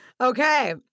okay